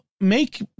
make